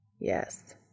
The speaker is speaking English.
Yes